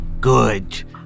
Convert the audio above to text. good